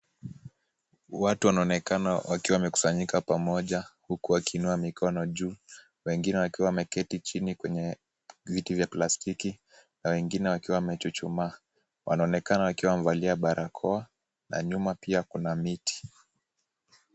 Watu wanaonekana wakiwa wamekusanyika pamoja huku wakiinua mikono juu, wengine wakiwa wameketi chini kwenye viti vya plastiki, na wengine wakiwa wamechuchumaa. Wanaonekana wakiwa wamevalia barakoa na nyuma pia kuna miti.